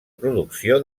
producció